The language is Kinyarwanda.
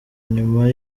nyuma